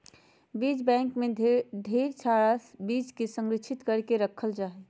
बीज बैंक मे ढेर सारा बीज के संरक्षित करके रखल जा हय